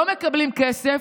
לא מקבלים כסף.